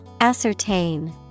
Ascertain